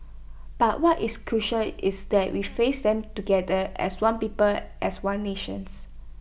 but what is crucial is that we face them together as one people as one nation